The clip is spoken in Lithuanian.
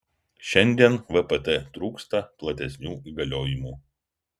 šiandien vpt trūksta platesnių įgaliojimų